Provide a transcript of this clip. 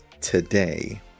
today